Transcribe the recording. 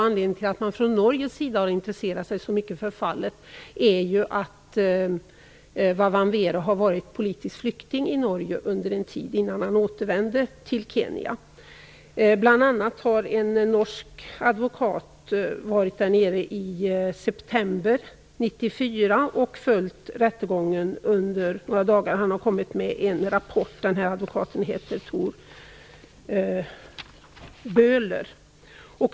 Anledningen till att man från Norges sida har intresserat sig så mycket för fallet är att Wa Wamwere har varit politisk flykting under en tid innan han återvände till Kenya. Bl.a. var en norsk advokat i Kenya i september 1994 och följde rättegången under några dagar. Advokaten Tor Bøhler har lagt fram en rapport.